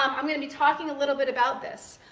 i'm going to be talking a little bit about this.